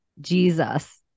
Jesus